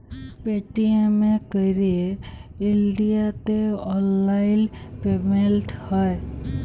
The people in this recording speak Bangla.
পেটিএম এ ক্যইরে ইলডিয়াতে অললাইল পেমেল্ট হ্যয়